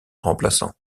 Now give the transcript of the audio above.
remplaçant